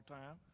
time